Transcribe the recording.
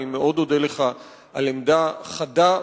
אודה לך על עמדה חדה,